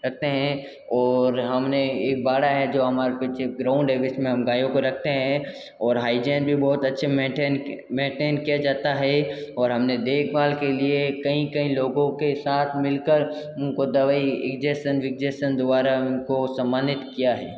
रखते हें और हमने एक बाड़ा है जो हमारे पीछे ग्राउंड है जिसमें हम गायों को रखतें हैं और हाइजेन भी बहुत अच्छे मेंटेन किया जाता है और हमने देखभाल के लिए कईं कईं लोगों के साथ मिलकर उनको दवाई इजेक्सन विजेक्सन द्वारा उनको सम्मानित किया है